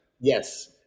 Yes